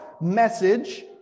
message